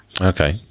okay